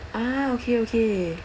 ah okay okay